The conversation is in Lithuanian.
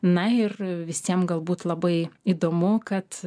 na ir visiem galbūt labai įdomu kad